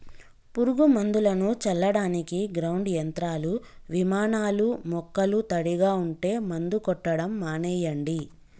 పురుగు మందులను చల్లడానికి గ్రౌండ్ యంత్రాలు, విమానాలూ మొక్కలు తడిగా ఉంటే మందు కొట్టడం మానెయ్యండి